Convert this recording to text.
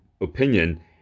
opinion